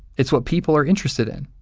it's what people are interested in.